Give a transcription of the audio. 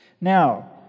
Now